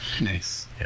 Nice